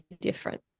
different